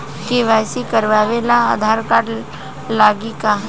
KYC करावे ला Aadhaar card लागी का?